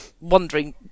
wondering